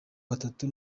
batatu